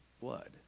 blood